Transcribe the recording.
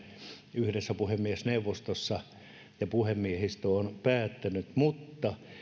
yhdessä puhemiesneuvostossa on päätetty ja puhemiehistö on päättänyt mutta